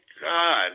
God